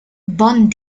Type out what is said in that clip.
bon